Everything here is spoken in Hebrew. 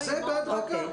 זה בהדרגה.